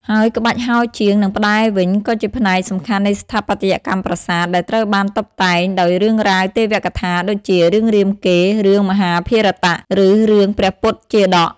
ហើយក្បាច់ហោជាង និងផ្តែរវិញ វាក៏ជាផ្នែកសំខាន់នៃស្ថាបត្យកម្មប្រាសាទ ដែលត្រូវបានតុបតែងដោយរឿងរ៉ាវទេវកថាដូចជា រឿងរាមកេរ្តិ៍ រឿងមហាភារតៈ ឬរឿងព្រះពុទ្ធជាតក។